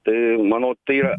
tai manau tai yra